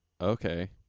okay